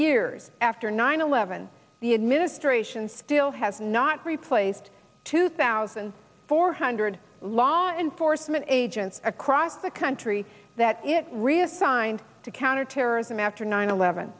years after nine eleven the administration still has not replaced two thousand four hundred law enforcement agents across the country that it reassigned to counterterrorism after nine eleven